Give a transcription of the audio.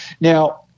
Now